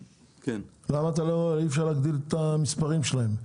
למה אי אפשר להגדיל את המספרים שלהם?